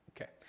Okay